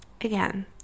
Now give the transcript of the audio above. again